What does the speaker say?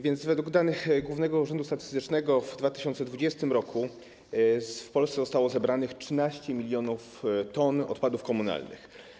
Według danych Głównego Urzędu Statystycznego w 2020 r. w Polsce zostało zebranych 13 mln t odpadów komunalnych.